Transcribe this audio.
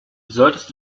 solltest